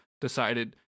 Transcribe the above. decided